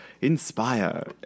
Inspire